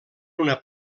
una